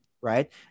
right